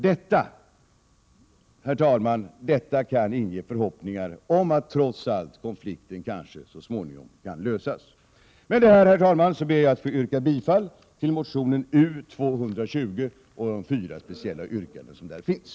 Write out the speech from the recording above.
Detta, herr talman, kan inge förhoppningar om att konflikten kanske så småningom trots allt kan lösas. Med det här, herr talman, ber jag att få yrka bifall till motionen U220 och de fyra speciella yrkanden som där finns.